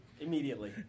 Immediately